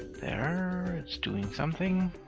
there, it's doing something.